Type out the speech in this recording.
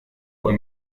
fue